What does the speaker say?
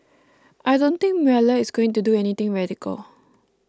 I don't think Mueller is going to do anything radical